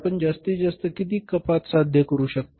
तर आपण किती जास्तीत जास्त कपात साध्य करू शकता